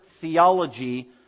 theology